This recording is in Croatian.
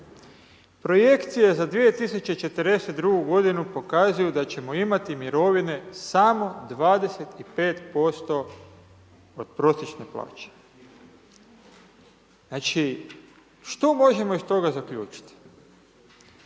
Projekcije za 2042. godinu pokazuje da će imati mirovine samo 25% od prosječne plaće. Znači, što možemo iz toga zaključiti?